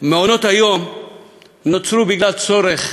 מעונות-היום נוצרו בגלל הצורך